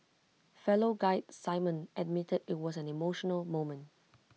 fellow guide simon admitted IT was an emotional moment